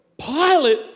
Pilate